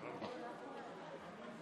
החוצה,